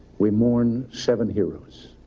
we mourn seven heroes.